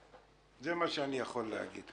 זה מה שאני יכול להגיד.